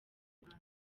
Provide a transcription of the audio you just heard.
rwanda